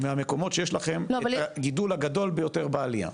מהמקומות שיש לכם את הגידול הגדול ביותר בעלייה.